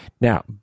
Now